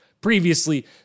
previously